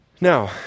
Now